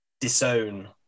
disown